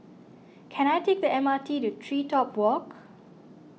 can I take the M R T to TreeTop Walk